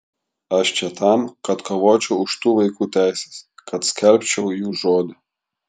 aš čia tam kad kovočiau už tų vaikų teises kad skelbčiau jų žodį